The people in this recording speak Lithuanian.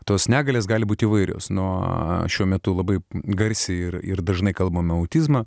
tos negalios gali būti įvairios nuo šiuo metu labai garsiai ir ir dažnai kalbama autizmą